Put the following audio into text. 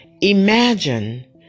Imagine